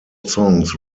songs